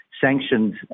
sanctioned